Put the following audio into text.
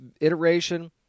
iteration